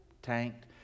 tanked